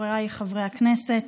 חבריי חברי הכנסת,